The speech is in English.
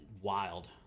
wild